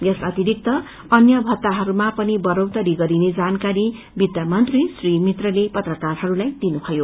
यस अतिरिक्त अन्य भत्ताहरूमा पनि बढ़ोत्तरी गरिने जानकारी वित्त मंत्री श्री मित्रले पत्रकारहरूलाई दिनुभयो